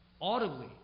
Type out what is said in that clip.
audibly